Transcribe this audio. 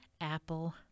apple